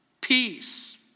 peace